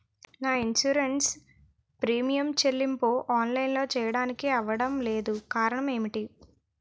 నా insurance premium చెల్లింపు online లో చెల్లించడానికి అవ్వడం లేదు కారణం ఏమిటి?